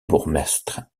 bourgmestre